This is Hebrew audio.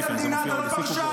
אתה מנהל את המדינה, אתה לא פרשן.